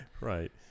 Right